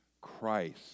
Christ